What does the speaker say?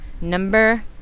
Number